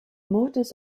mortars